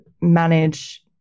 manage